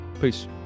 Peace